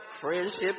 friendship